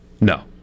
No